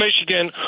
Michigan